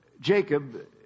Jacob